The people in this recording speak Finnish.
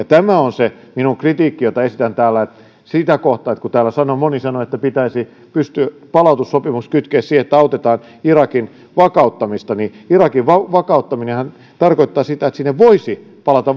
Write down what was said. tämä on minun kritiikkini jota esitän täällä sitä kohtaan kun täällä moni sanoo että pitäisi pystyä palautussopimus kytkemään siihen että autetaan irakin vakauttamista irakin vakauttaminenhan tarkoittaa sitä että sinne voisivat ihmiset palata